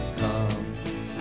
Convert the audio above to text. comes